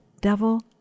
devil